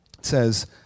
says